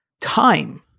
time